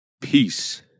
peace